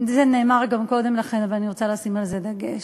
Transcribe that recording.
זה נאמר גם קודם לכן אבל אני רוצה לשים על זה דגש,